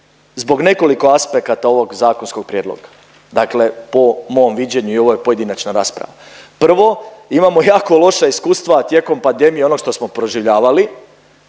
zbog nekoliko aspekata ovog zakonskog prijedloga. Dakle po mom viđenju i ovo je pojedinačna rasprava. Prvo, imamo jako loša iskustva tijekom pandemije, ono što smo proživljavali